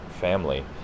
family